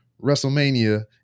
wrestlemania